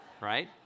right